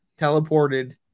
teleported